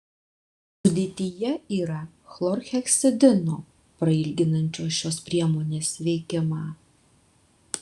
sudėtyje yra chlorheksidino prailginančio šios priemonės veikimą